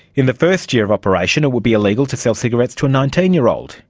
in the first year of operation it would be illegal to sell cigarettes to a nineteen year old,